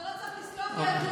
אתה לא צריך לסלוח לי על כלום,